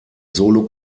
solo